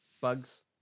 bugs